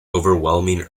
overwhelming